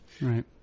Right